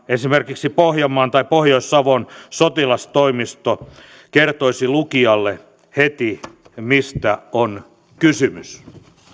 esimerkiksi pohjanmaan tai pohjois savon sotilastoimisto kertoisi lukijalle heti mistä on kysymys